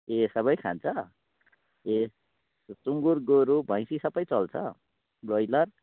ए सबै खान्छ ए सुँगुर गोरु भैँसी सबै चल्छ ब्रोइलर